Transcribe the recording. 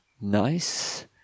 Nice